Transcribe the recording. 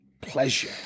pleasure